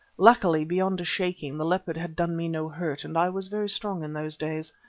luckily, beyond a shaking, the leopard had done me no hurt, and i was very strong in those days.